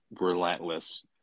relentless